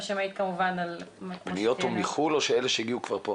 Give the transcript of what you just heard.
מה שמעיד כמובן על --- הפניות הן מחו"ל או אלה שכבר הגיעו לפה?